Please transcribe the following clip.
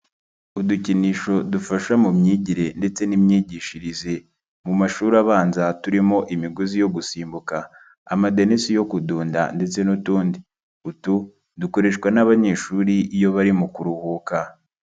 Udukinisho dufasha mu myigire ndetse n'imyigishirize, mu mashuri abanza turimo imigozi yo gusimbuka, amadenisi yo kudunda ndetse n'utundi. Utu, dukoreshwa n'abanyeshuri iyo bari mu kuruhuka.